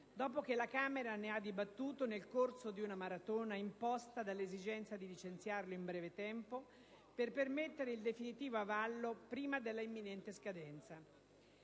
dopo che la Camera ne ha dibattuto nel corso di una maratona imposta dall'esigenza di licenziarlo in breve tempo, per permettere il definitivo avallo prima dell'imminente scadenza.